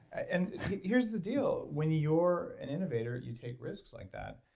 and here's the deal, when you're an innovator you take risks like that.